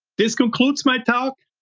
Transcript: this concludes my talk.